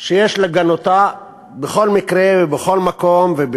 שיש לגנותה בכל מקרה ובכל מקום.